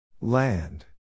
Land